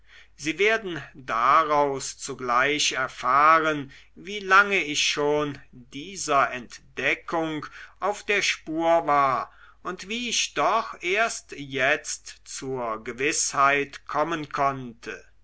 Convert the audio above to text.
sie werden daraus zugleich erfahren wie lange ich schon dieser entdeckung auf der spur war und wie ich doch erst jetzt zur gewißheit kommen konnte